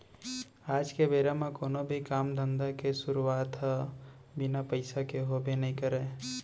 आज के बेरा म कोनो भी काम धंधा के सुरूवात ह बिना पइसा के होबे नइ करय